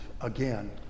again